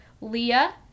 Leah